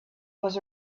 was